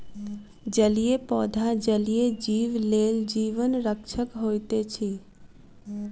जलीय पौधा जलीय जीव लेल जीवन रक्षक होइत अछि